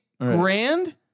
Grand